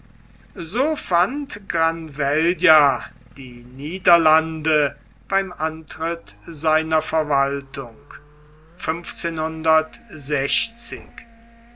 so fand granvella die niederlande beim antritt seiner verwaltung